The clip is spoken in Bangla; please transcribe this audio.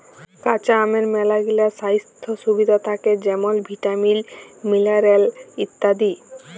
কাঁচা আমের ম্যালাগিলা স্বাইস্থ্য সুবিধা থ্যাকে যেমল ভিটামিল, মিলারেল ইত্যাদি